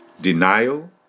denial